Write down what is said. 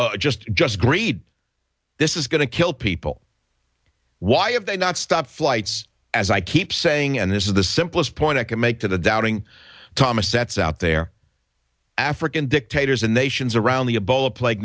a just just greed this is going to kill people why have they not stopped flights as i keep saying and this is the simplest point i can make to the doubting thomas sets out there african dictators and nations around the a bowl of plague